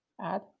add